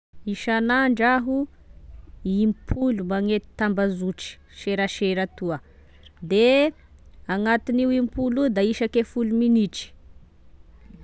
Isanandro aho, impolo magnety tambazotra serasera atoa, de agnatin'io impolo io da isake folo minitry